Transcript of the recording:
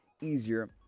easier